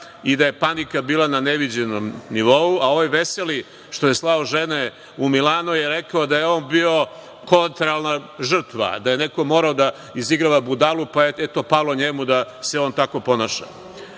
i da je panika bila na neviđenom nivou, a ovaj veseli što je slao žene u Milano je rekao da je on bio kolateralna žrtva, da je neko morao da izigrava budalu, pa je, eto, palo njemu da se on tako